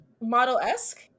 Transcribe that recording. model-esque